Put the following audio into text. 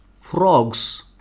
frogs